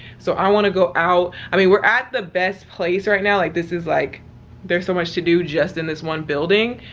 so i want to go out. i mean we're at the best place right now, like this is, like there's so much to do just in this one building.